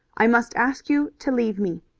i must ask you to leave me.